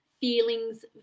feelings